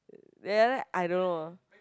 then I don't know